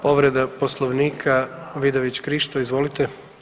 Povreda Poslovnika Vidović Krišto, izvolite.